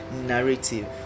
narrative